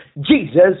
Jesus